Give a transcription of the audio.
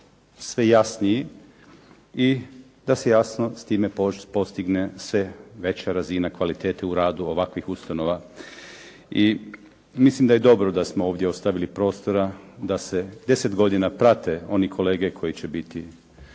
sve jasniji i da se jasno s time postigne sve veća razina kvalitete u radu ovakvih ustanova i mislim da je dobro da smo ovdje ostavili prostora da se 10 godina prate oni kolege koji će biti